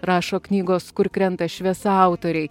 rašo knygos kur krenta šviesa autoriai